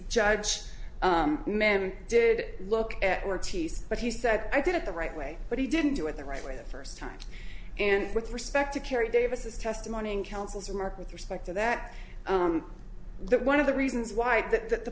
judge men did look at were ts but he said i did it the right way but he didn't do it the right way the first time and with respect to carrie davis's testimony in counsel's remark with respect to that that one of the reasons why that th